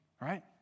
Right